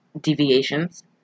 deviations